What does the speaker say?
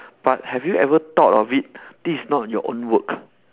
but have you ever thought of it this is not your own work